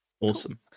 awesome